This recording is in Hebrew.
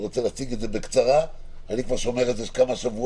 אני שומר את זה כבר כמה שבועות.